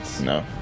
No